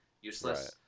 useless